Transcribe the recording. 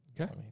Okay